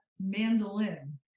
mandolin